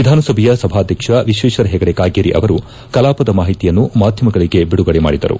ವಿಧಾನಸಭೆಯ ಸಭಾದ್ವಕ ವಿಶ್ವೇಶ್ವರ ಹೆಗಡೆ ಕಾಗೇರಿ ಅವರು ಕಲಾಪದ ಮಾಹಿತಿಯನ್ನು ಮಾಧ್ವಮಗಳಿಗೆ ಬಿಡುಗಡೆ ಮಾಡಿದರು